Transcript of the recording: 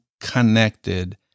connected